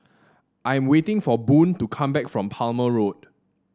I am waiting for Boone to come back from Palmer Road